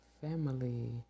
Family